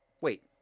Wait